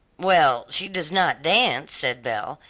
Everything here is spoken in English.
well, she does not dance, said belle,